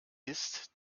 ist